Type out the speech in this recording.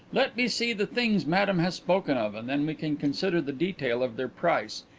let me see the things madame has spoken of, and then we can consider the detail of their price,